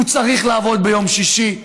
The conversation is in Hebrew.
הוא צריך לעבוד ביום שישי,